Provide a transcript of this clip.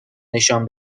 نشان